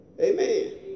Amen